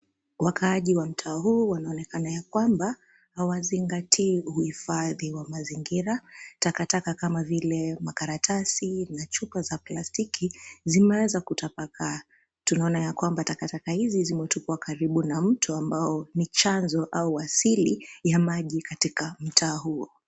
Wakaaji wa mtaa huu wanaonekana ya kwamba hawazingatii uhifadhi wa mazingira. Takataka kama vile makaratasi na chupa za plastiki, zimeweza kutapakaa. Tunaona ya kwamba takataka hizi, zimetupwa karibu na mto ambao ni chanzo au wasili ya maji katika mtaa huo.